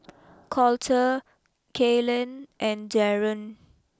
Colter Kaylen and Darren